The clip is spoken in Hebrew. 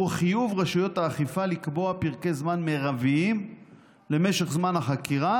הוא חיוב רשויות האכיפה לקבוע פרקי זמן מרביים למשך זמן החקירה